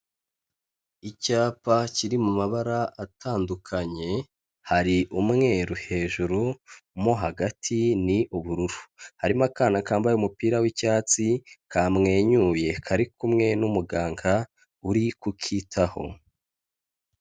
Icyapa kiri mu mabara atandukanye, hari umweru hejuru mo hagati ni ubururu, harimo akana kambaye umupira w'icyatsi kamwenyuye kari kumwe n'umuganga uri kukitaho.